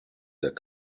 that